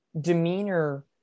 demeanor –